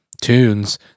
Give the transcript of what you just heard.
tunes